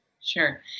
Sure